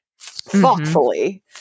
thoughtfully